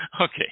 Okay